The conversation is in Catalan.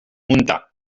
montà